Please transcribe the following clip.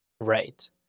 Right